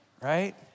right